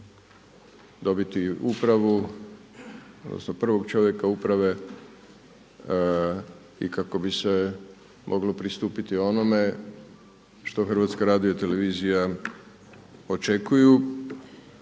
dobiti upravu odnosno prvog čovjeka uprave i kako bi se moglo pristupiti onome što HRT očekuju,